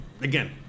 again